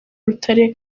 urutare